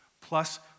plus